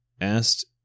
asked